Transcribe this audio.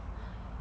!haiya!